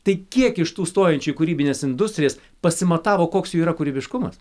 tai kiek iš tų stojančių į kūrybines industrijas pasimatavo koks jų yra kūrybiškumas